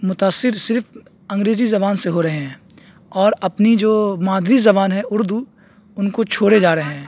متاثر صرف انگریزی زبان سے ہو رہے ہیں اور اپنی جو مادری زبان ہے اردو ان کو چھوڑے جا رہے ہیں